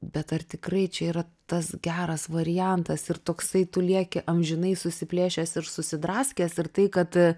bet ar tikrai čia yra tas geras variantas ir toksai tu lieki amžinai susiplėšęs ir susidraskęs ir tai kad